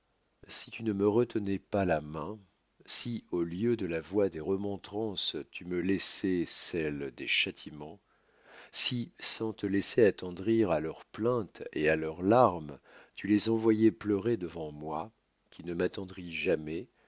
si tu ne me retenois pas la main si au lieu de la voie des remontrances tu me laissois celle des châtiments si sans te laisser attendrir à leurs plaintes et à leurs larmes tu les envoyois pleurer devant moi qui ne m'attendris jamais